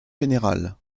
général